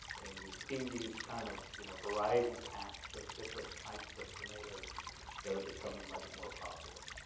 and you see these kind of you know variety packs of different types of tomatoes that are becoming much more popular.